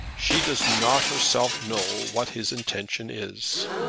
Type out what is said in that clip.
she does not herself know what his intention is.